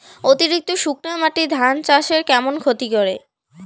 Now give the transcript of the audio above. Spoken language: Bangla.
অতিরিক্ত শুকনা মাটি ধান চাষের কেমন ক্ষতি করে?